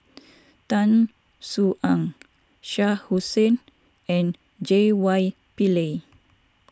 Tan Soo Ong Shah Hussain and J Y Pillay